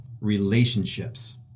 relationships